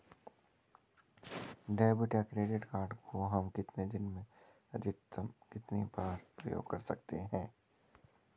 Debit या credit card को हम एक दिन में अधिकतम कितनी बार प्रयोग कर सकते हैं?